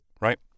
right